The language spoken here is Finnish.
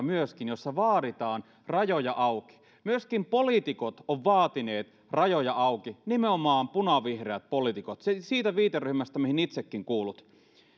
myöskin mielenosoituksia joissa vaaditaan rajoja auki myöskin poliitikot ovat vaatineet rajoja auki nimenomaan punavihreät poliitikot siitä viiteryhmästä mihin itsekin kuulut